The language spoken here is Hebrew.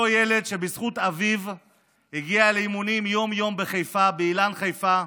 אותו ילד שבזכות אביו הגיע לאימונים יום יום באיל"ן חיפה,